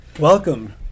Welcome